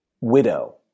widow